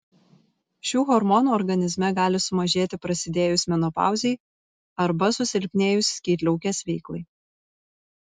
šių hormonų organizme gali sumažėti prasidėjus menopauzei arba susilpnėjus skydliaukės veiklai